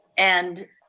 and